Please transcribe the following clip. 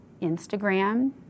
Instagram